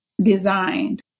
designed